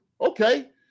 okay